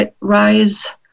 rise